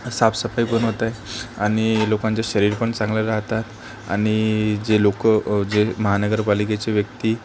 साफसफाई पण होत आहे आणि लोकांचे शरीर पण चांगले राहतात आणि जे लोकं जे महानगरपालिकेचे व्यक्ती